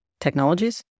technologies